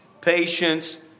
patience